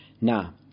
now